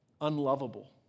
unlovable